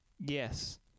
yes